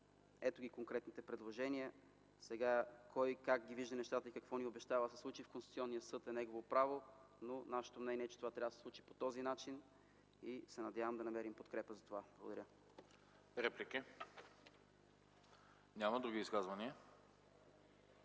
Ето ги конкретните предложения. Кой как вижда нещата и какво ни обещава да се случи в Конституционния съд е негово право, но нашето мнение е, че това трябва да се случи по този начин и се надявам да намерим подкрепа за това. Благодаря. ПРЕДСЕДАТЕЛ АНАСТАС